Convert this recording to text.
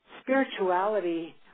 spirituality